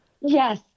Yes